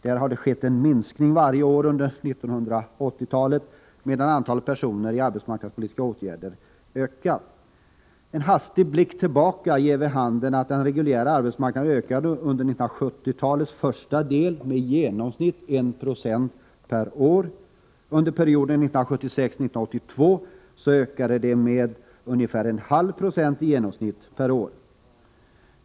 Där har det skett en minskning varje år under 1980-talet, medan antalet personer i arbetsmarknadspolitiska åtgärder har ökat. En hastig blick tillbaka ger vid handen att den reguljära arbetsmarknaden ökade under 1970-talets första del med i genomsnitt 1 90 per år. Under perioden 1976-1982 ökade den med ungefär 0,5 96 i genomsnitt per år.